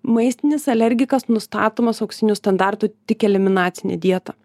maistinis alergikas nustatomas auksiniu standartu tik eliminacine dieta